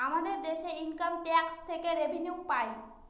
আমাদের দেশে income tax থেকে রেভিনিউ পাই